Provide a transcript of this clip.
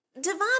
Devon